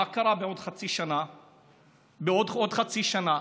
מה יקרה בעוד חצי שנה ובעוד חצי שנה?